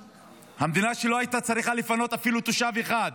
המדינה שלא הייתה צריכה לפנות אפילו תושב אחד